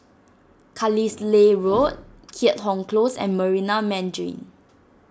Carlisle Road Keat Hong Close and Marina Mandarin